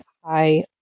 high